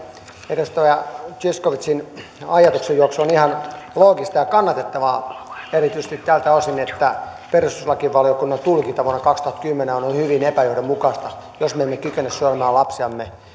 edustaja zyskowiczin ajatuksenjuoksu on ihan loogista ja kannatettavaa erityisesti tältä osin että perustuslakivaliokunnan tulkinta vuonna kaksituhattakymmenen on ollut hyvin epäjohdonmukaista jos me emme kykene suojelemaan lapsiamme